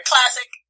Classic